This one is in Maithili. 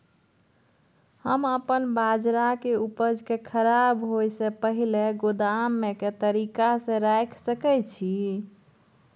हम अपन बाजरा के उपज के खराब होय से पहिले गोदाम में के तरीका से रैख सके छी?